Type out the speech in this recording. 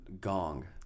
gong